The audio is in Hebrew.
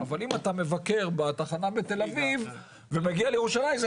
אבל אם אתה מבקר בתחנה בתל אביב ומגיע לירושלים,